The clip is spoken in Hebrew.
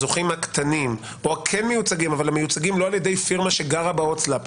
הזוכים הקטנים או שכן מיוצגים אבל לא על ידי פירמה שגרה בהוצאה לפועל,